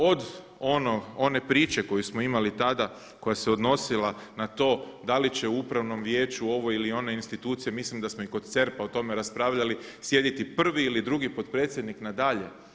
Od one priče koju smo imali tada koja se odnosila na to da li će upravnom vijeću ove ili one institucije, mislim da smo i kod CERP-a o tome raspravljali sjediti prvi ili drugi potpredsjednik na dalje.